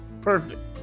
Perfect